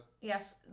Yes